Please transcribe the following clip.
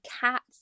cats